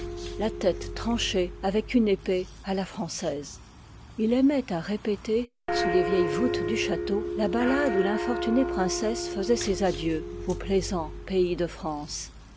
la ilech de tête tranchée aiec une épée à la française il aimoit a repeter sous les vieilles voûtes du château la ballade où l'infortunée princesse faisoit ses adieux au plaisant pays d france